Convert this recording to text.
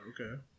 Okay